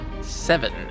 Seven